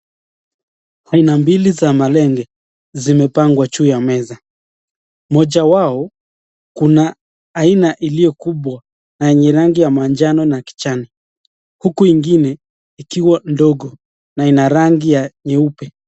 Aina mbili za malenge zimepangwa juu ya meza. Moja wao, kuna aina iliyo kubwa na yenye rangi ya manjano na kijani. Huku ingine, ikiwa ndogo na ina rangi ya nyeupe.